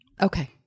Okay